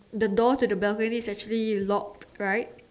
the door to the balcony is actually locked right